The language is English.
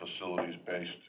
facilities-based